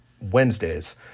Wednesdays